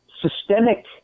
systemic